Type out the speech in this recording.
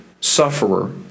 sufferer